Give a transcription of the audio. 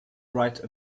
write